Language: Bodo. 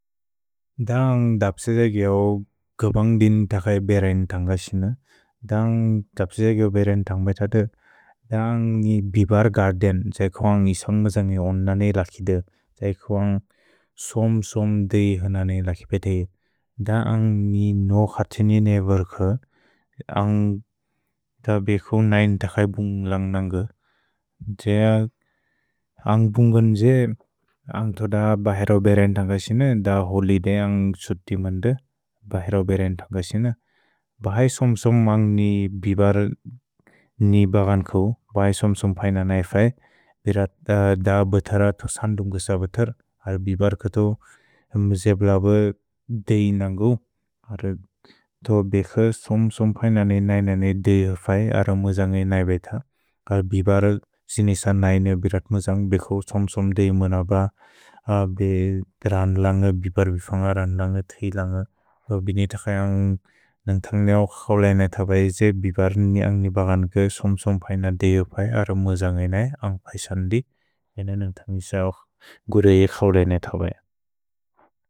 द अ दब्सेज ग्येवो ग्ब दिन् तखै बेरैन् तन्ग सिन। द अ दब्सेज ग्येवो बेरैन् तन्ग बेत दु। द अ नि बिबर् गर्देन्, त्सैकु अ इसग जन्गि ओन् नने लकि दु, त्सैकु अ सोम् सोम् दु इह नने लकि बेते इ। द अ नि नो क्सतिनि नेवर्क, अ तबेकु नैन् तखै बुन्ग् लन्ग् नन्ग। द्जे अ बुन्गन् द्जे अ तोद बहेरो बेरैन् तन्ग सिन। द होलि दे अ त्सुति मन्द, बहेरो बेरैन् तन्ग सिन। भहै सोम् सोम् अ नि बिबर् नि बगन् कौ, बहै सोम् सोम् पैन नै फै। भेर द बतर त्सन्दुन्गु स बतर्, अर् बिबर्क तु म्जे ब्लब दे इ नन्गौ। तुअ बेख सोम् सोम् पैन नै नने दे इह फै, अर मुज न्गै नै बेत। अर् बिबर् सिनिस नै ने बिरत् मुज न्गै, बेख सोम् सोम् दे इ मुन ब। अ बे द्रन् लन्ग, बिबर् बिफन्ग रन् लन्ग, तहि लन्ग। भिनि तखै अ नन्ग् तन्ग नेवर्क खौलै नै तबै, द्जे बिबर् नि अ नि बगन् के सोम् सोम् पैन दे इह फै, अर मुज न्गै नै, अ पैसन्दि। इन नन्ग् तन्ग इस अ गुरे इह खौलै नै तबै।